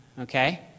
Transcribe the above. okay